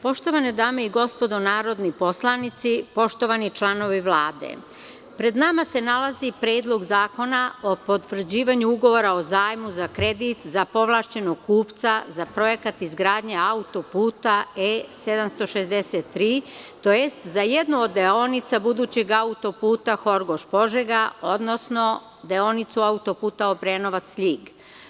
Poštovane dame i gospodo narodni poslanici, poštovani članoviVlade, pred nama se nalazi Predlog zakona o potvrđivanju Ugovora o zajmu za kredit za povlašćenog kupca za Projekat izgradnje autoputa E763, to jest za jednu od deonica budućeg autoputa Horgoš-Požega, odnosno deonicu autoputa Obrenovac-Ljig.